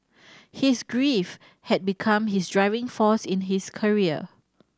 his grief had become his driving force in his career